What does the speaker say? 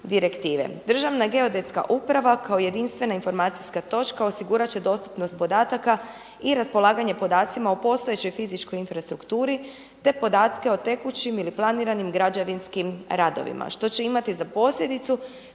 Državna geodetska uprava kao jedinstvena informacijska točka osigurat će dostupnost podataka i raspolaganje podacima u postojećoj fizičkoj infrastrukturi te podatke o tekućim ili planiranim građevinskim radovima što će imati za posljedicu